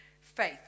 faith